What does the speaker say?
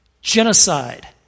genocide